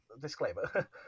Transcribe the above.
Disclaimer